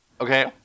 okay